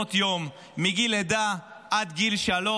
במעונות יום מגיל לידה עד גיל שלוש.